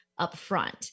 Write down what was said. upfront